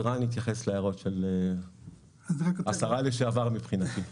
רן יתייחס להערות סגן השרה לשעבר מבחינתי.